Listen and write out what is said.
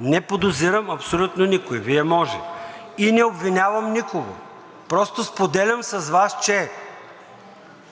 Ние – да! ЙОРДАН ЦОНЕВ: Вие може. И не обвинявам никого. Просто споделям с Вас, че